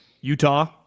Utah